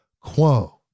quo